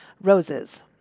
roses